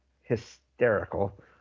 hysterical